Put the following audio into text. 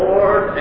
Lord